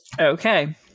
okay